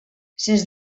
sens